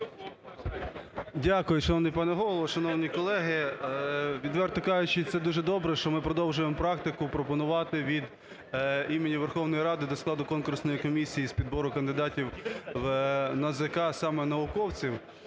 Дякую, шановний пане Голово, шановні колеги. Відверто кажучи, це дуже добре, що ми продовжуємо практику пропонувати від імені Верховної Ради до складу конкурсної комісії з підбору кандидатів в НАЗК саме науковців.